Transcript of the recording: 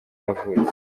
yavutse